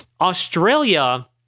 Australia